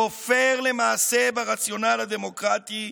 כופר למעשה ברציונל הדמוקרטי,